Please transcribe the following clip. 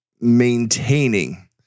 maintaining